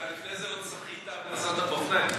ואתה לפני זה עוד שחית ונסעת באופניים.